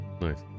Nice